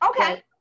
okay